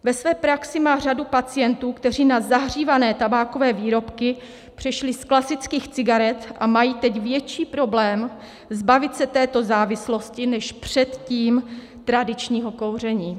Ve své praxi má řadu pacientů, kteří na zahřívané tabákové výrobky přešli z klasických cigaret a mají teď větší problém zbavit se této závislosti než předtím tradičního kouření.